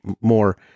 more